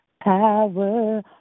power